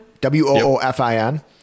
W-O-O-F-I-N